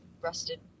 rusted